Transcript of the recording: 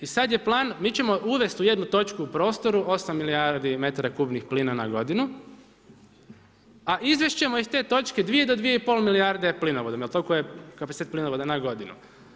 I sad je plan, mi ćemo uvest u jednu točku u prostoru 8 milijardi metara kubnih plina na godinu, a izvest ćemo iz te točke 2-2,5 milijarde plinovodom jer toliki je kapacitet plinovoda na godinu.